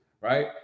Right